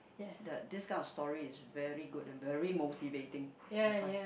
the this kind of story is very good and very motivating I find